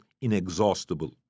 inexhaustible